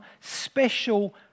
special